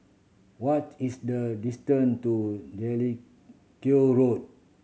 what is the distance to Jellicoe Road